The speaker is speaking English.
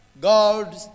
God